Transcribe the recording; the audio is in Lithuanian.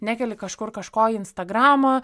nekeli kažkur kažko į instagramą